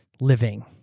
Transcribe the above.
living